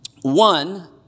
one